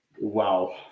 Wow